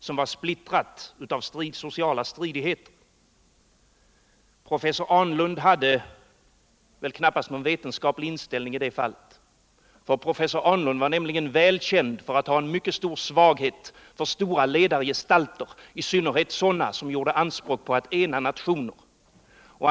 13 november 1974 Professor Ahnlund hade väl knappast någon vetenskaplig inställning = i det fallet. Han var nämligen välkänd för att ha en mycket stor svaghet Nya former för för stora ledargestalter, i synnerhet sådana som gjorde anspråk på att personligt ansvars ena nationen.